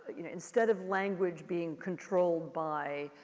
you know, instead of language being controlled by,